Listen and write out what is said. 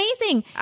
amazing